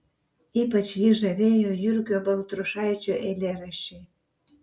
ypač jį žavėjo jurgio baltrušaičio eilėraščiai